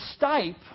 stipe